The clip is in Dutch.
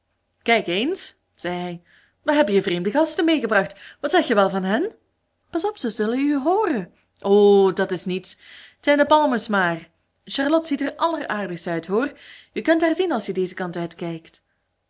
kijk eens zei hij we hebben je vreemde gasten meegebracht wat zeg je wel van hen pas op ze zullen u hooren o dat is niets t zijn de palmers maar charlotte ziet er alleraardigst uit hoor je kunt haar zien als je dezen kant uitkijkt